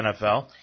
NFL